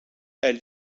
elle